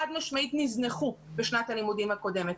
חד משמעית נזנחו בשנת הלימודים הקודמת.